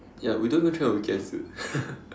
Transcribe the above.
ya we don't even train on weekends dude